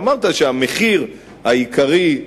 אמרת שהמחיר העיקרי,